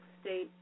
State